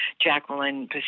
Jacqueline